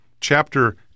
chapter